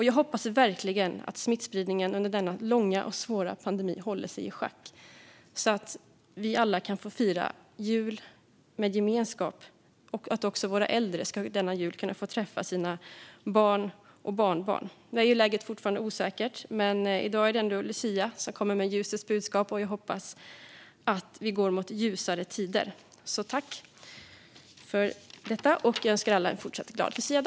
Jag hoppas verkligen att smittspridningen under denna långa och svåra pandemi håller sig i schack så att vi alla kan få fira jul med gemenskap och så att våra äldre denna jul kan få träffa sina barn och barnbarn. Läget är ju fortfarande osäkert, men i dag är det ändå lucia, som kommer med ljusets budskap. Jag hoppas att vi går mot ljusare tider. Jag önskar alla en fortsatt glad luciadag.